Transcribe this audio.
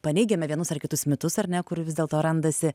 paneigiame vienus ar kitus mitus ar ne kur vis dėlto randasi